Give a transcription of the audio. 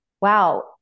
wow